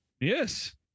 Yes